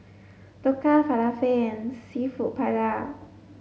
Dhokla Falafel and Seafood Paella